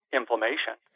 inflammation